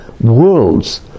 worlds